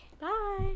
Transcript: Bye